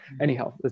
anyhow